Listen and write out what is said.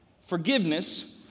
Forgiveness